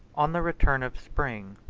on the return of spring,